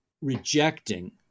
rejecting